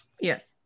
Yes